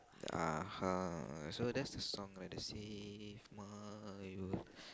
uh-huh so that's the song lah the save my world